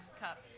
cup